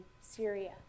Syria